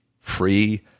free